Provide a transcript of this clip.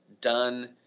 done